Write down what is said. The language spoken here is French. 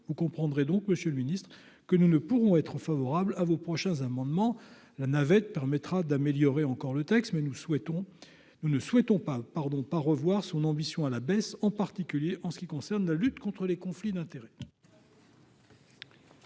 vous comprendrez donc Monsieur le Ministre, que nous ne pourrons être favorable à vos prochains amendements la navette permettra d'améliorer encore le texte, mais nous souhaitons nous ne souhaitons pas, pardon pas revoir son ambition à la baisse, en particulier en ce qui concerne la lutte contre les conflits d'intérêts.